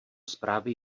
zprávy